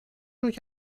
durch